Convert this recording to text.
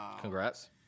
Congrats